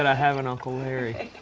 and have an uncle larry.